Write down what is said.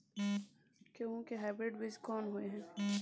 गेहूं के हाइब्रिड बीज कोन होय है?